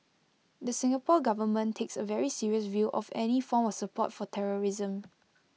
the Singapore Government takes A very serious view of any form of support for terrorism